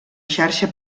xarxa